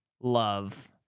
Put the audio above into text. love